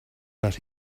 but